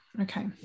okay